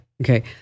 okay